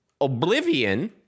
Oblivion